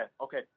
Okay